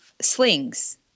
slings